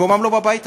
אין מקומם בבית הזה,